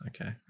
Okay